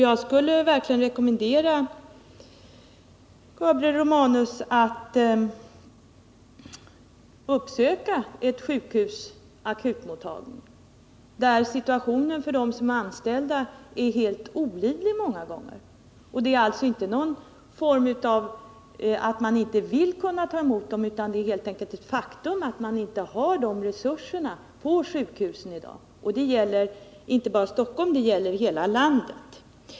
Jag vill verkligen rekommendera Gabriel Romanus att uppsöka akutmottagningen vid ett sjukhus, där situationen för de anställda många gånger är helt olidlig. Det är inte på något sätt så att man inte vill ta emot dessa människor, utan det är helt enkelt ett faktum att sjukhusen i dag inte har resurserna för detta. Det gäller inte bara i Stockholm utan i hela landet.